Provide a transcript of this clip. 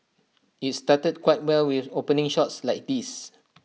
IT started quite well with opening shots like these